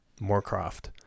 Moorcroft